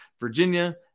virginia